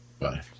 Bye